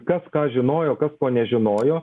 kas ką žinojo kas ko nežinojo